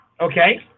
Okay